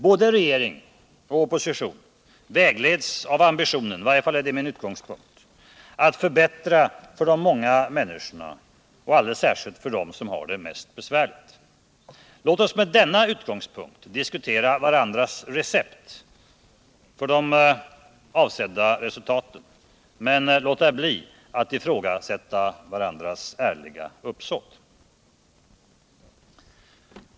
Både regering och opposition vägleds av ambitionen — i varje fall är det min utgångspunkt — att förbättra för de många människorna, och alldeles särskilt för dem som har det mest besvärligt. Låt oss med denna utgångspunkt diskutera varandras recept för det avsedda resultatet men låta bli att ifrågasätta varandras ärliga uppsåt.